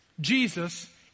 Jesus